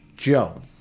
Joe